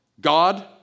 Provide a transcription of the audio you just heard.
God